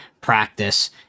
practice